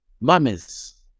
mummies